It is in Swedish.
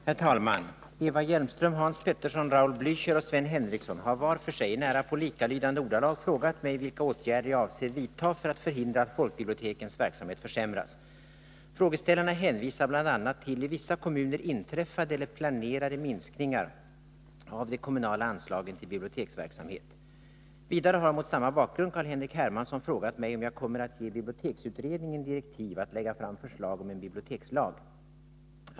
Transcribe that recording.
Herr talman! Eva Hjelmström, Hans Petersson i Hallstahammar, Raul Blächer och Sven Henricsson har var för sig i närapå likalydande ordalag frågat mig vilka åtgärder jag avser att vidta för att förhindra att folkbibliotekens verksamhet försämras. Frågeställarna hänvisar bl.a. till i vissa kommuner inträffade eller planerade minskningar av de kommunala anslagen till biblioteksverksamhet. Vidare har — mot samma bakgrund — Carl-Henrik Hermansson frågat mig om jag kommer att ge biblioteksutredningen direktiv att lägga fram förslag om en bibliotekslag.